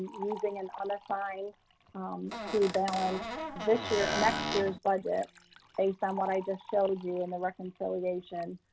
using an unassigned um to balance this year. next year's budget based on what i just showed you in the reconciliation.